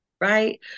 right